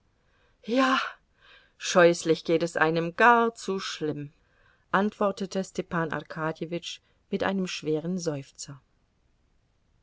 ja scheußlich geht es einem gar zu schlimm antwortete stepan arkadjewitsch mit einem schweren seufzer